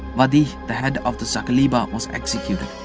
wadih, the head of the saqaliba was executed.